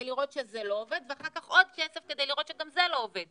לראות שזה לא עובד ואחר כך עוד כסף כדי לראות שגם זה לא עובד